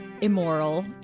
immoral